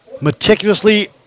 meticulously